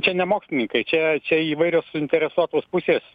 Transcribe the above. čia ne mokslininkai čia čia įvairios suinteresuotos pusės